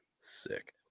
sick